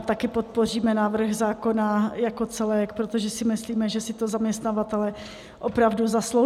Také podpoříme návrh zákona jako celek, protože si myslíme, že si to zaměstnavatelé opravdu zaslouží.